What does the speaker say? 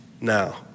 Now